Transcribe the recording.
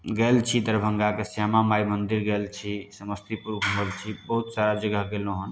गेल छी दरभङ्गाके श्यामा माइ मन्दिर गेल छी समस्तीपुर घुमल छी बहुत सारा जगह गेलहुॅं हन